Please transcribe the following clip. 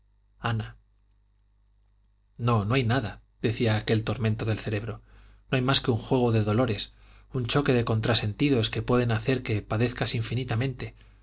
ana no no hay nada decía aquel tormento del cerebro no hay más que un juego de dolores un choque de contrasentidos que pueden hacer que padezcas infinitamente